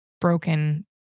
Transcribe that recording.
broken